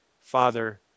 Father